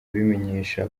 abimenyesha